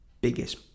biggest